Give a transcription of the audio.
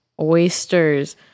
Oysters